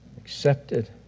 accepted